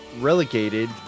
relegated